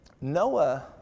Noah